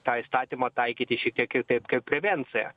tą įstatymą taikyti šiek tiek ir taip kaip prevenciją